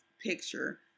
picture